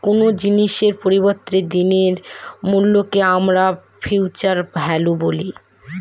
কোনো জিনিসের পরবর্তী দিনের মূল্যকে আমরা ফিউচার ভ্যালু বলি